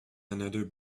another